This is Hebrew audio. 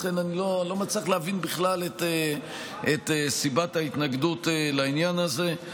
לכן אני לא מצליח להבין בכלל את סיבת ההתנגדות לעניין הזה.